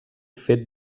fet